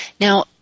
Now